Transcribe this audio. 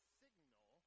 signal